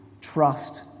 trust